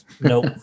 Nope